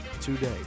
today